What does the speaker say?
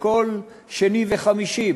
וכל שני וחמישי,